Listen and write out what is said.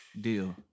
deal